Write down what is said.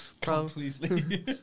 Completely